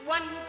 One